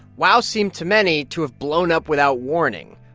wow seemed to many to have blown up without warning.